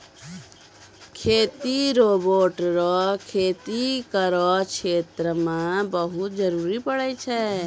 खेती रोवेट रो खेती करो क्षेत्र मे बहुते जरुरी पड़ै छै